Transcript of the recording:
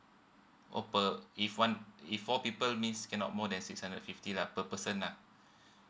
oh per if one if four people means cannot more than six hundred fifty lah per person ah